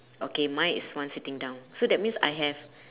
okay mine is one sitting down so that means I have